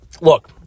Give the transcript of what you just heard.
Look